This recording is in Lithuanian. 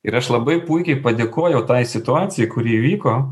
ir aš labai puikiai padėkojau tai situacijai kuri įvyko